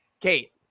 Kate